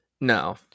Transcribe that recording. no